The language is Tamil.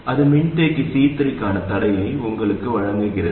அது மின்தேக்கி C3க்கான தடையை உங்களுக்கு வழங்குகிறது